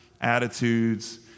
attitudes